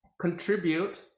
contribute